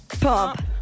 pump